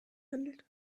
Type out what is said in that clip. handelt